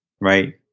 right